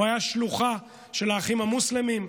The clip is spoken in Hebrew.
הוא היה שלוחה של האחים המוסלמים,